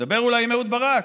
תדבר אולי עם אהוד ברק,